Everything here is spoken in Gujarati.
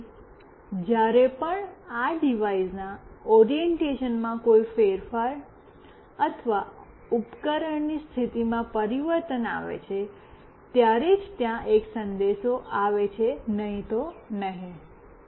તેથી જ્યારે પણ આ ડિવાઇસના ઓરિએંટેશનમાં કોઈ ફેરફાર અથવા આ ઉપકરણની સ્થિતિમાં પરિવર્તન આવે છે ત્યારે જ ત્યાં એક સંદેશ આવે છે નહીં તો નહીં